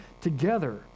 together